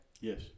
Yes